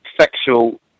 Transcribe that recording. sexual